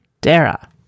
Dara